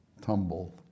tumble